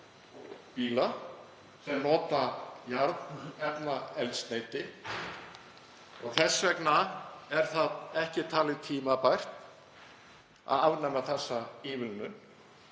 bíla sem nota jarðefnaeldsneyti. Þess vegna er ekki talið tímabært að afnema þessa ívilnun,